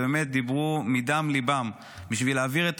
ובאמת דיברו מדם ליבם בשביל להעביר את